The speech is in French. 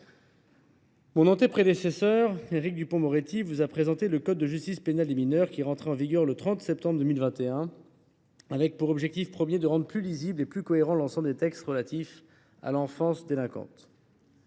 Mon prédécesseur, Éric Dupond Moretti, vous a présenté le code de la justice pénale des mineurs (CJPM), qui est entré en vigueur le 30 septembre 2021, avec pour objectif premier de rendre plus lisible et plus cohérent l’ensemble des textes relatifs à l’enfance délinquante.